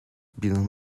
been